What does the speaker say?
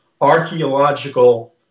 archaeological